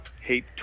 hate